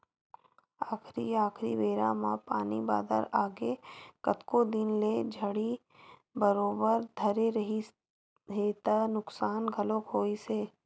आखरी आखरी बेरा म पानी बादर आगे कतको दिन ले झड़ी बरोबर धरे रिहिस हे त नुकसान घलोक होइस हे